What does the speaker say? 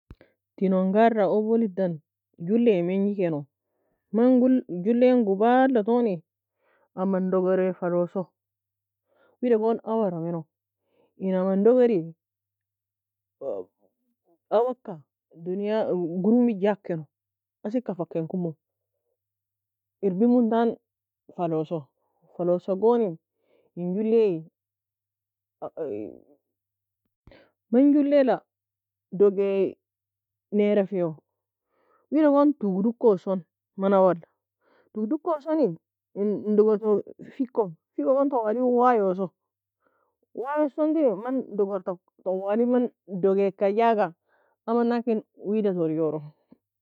Tinon gara oballedan julle menjikeno, man jul jullen gubale toni amandogurea faloso, wida gon awara meno, in amandoguri awaka dunia gurmmi jagkeno, asika fakenkumo, irbirmuntani faloso, falosa goni in julle man jullela dogea nerafio, wida gon tuge dukoson, man awala, tug dukosoni, in doge tu fiko, fika gon tawali wayoso, wayosondi man dogurtoka tawali man dogeka jaga, amanakin wida torjoro.